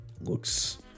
looks